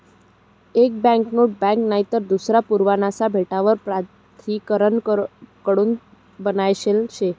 एक banknote bank नईतर दूसरा पुरावासना भेटावर प्राधिकारण कडून बनायेल शे